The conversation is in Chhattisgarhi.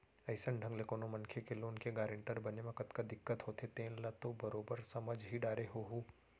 अइसन ढंग ले कोनो मनखे के लोन के गारेंटर बने म कतका दिक्कत होथे तेन ल तो बरोबर समझ ही डारे होहूँ